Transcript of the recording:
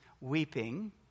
weeping